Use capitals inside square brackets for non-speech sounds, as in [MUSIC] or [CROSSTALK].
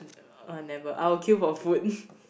uh never I'll queue for food [LAUGHS]